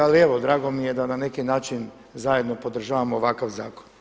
Ali evo, drago mi je da na neki način zajedno podržavamo ovakav zakon.